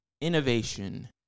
Innovation